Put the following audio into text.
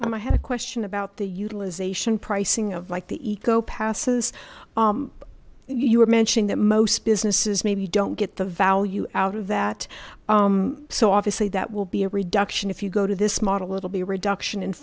frank's i had a question about the utilization pricing of like the eco passes you were mentioning that most businesses maybe don't get the value out of that so obviously that will be a reduction if you go to this model it'll be a reduction